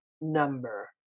number